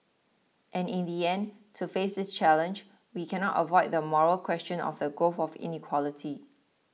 and in the end to face this challenge we cannot avoid the moral question of the growth of inequality